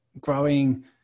growing